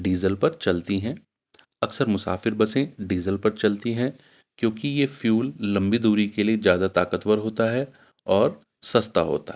diesel پر چلتی ہیں اکثر مسافر بسیں ڈیزل پر چلتی ہیں کیوںکہ یہ فیول لمبی دوری کے لیے جیادہ طاقتور ہوتا ہے اور سستا ہوتا ہے